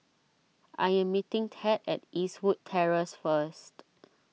I am meeting Ted at Eastwood Terrace first